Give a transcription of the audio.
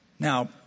Now